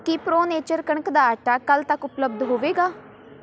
ਕੀ Pro Nature ਕਣਕ ਦਾ ਆਟਾ ਕੱਲ੍ਹ ਤੱਕ ਉਪਲਬਧ ਹੋਵੇਗਾ